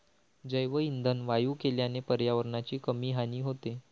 जैवइंधन वायू केल्याने पर्यावरणाची कमी हानी होते